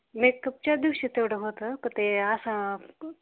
मेकपच्याच दिवशी तेवढं होतं पण ते असं